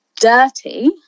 dirty